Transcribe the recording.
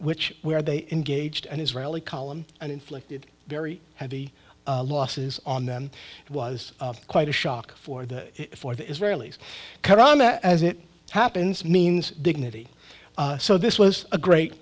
which where they engaged and israeli column and inflicted very heavy losses on them it was quite a shock for the for the israelis karama as it happens means dignity so this was a great